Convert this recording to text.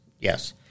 Yes